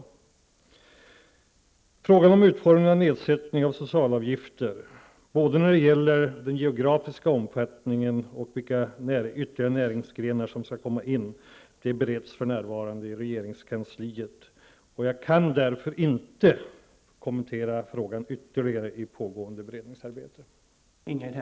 Frågan om utformningen av nedsättning av socialavgifter -- både vad gäller den geografiska omfattningen och vilka ytterligare näringsgrenar som skall omfattas -- bereds för närvarande i regeringskansliet. Jag är därför inte beredd att kommentera pågående beredningsarbete.